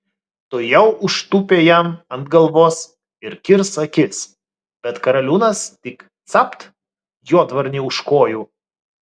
tuojau užtūpė jam ant galvos ir kirs akis bet karaliūnas tik capt juodvarnį už kojų